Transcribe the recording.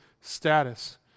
status